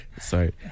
Sorry